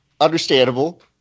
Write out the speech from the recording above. Understandable